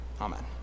Amen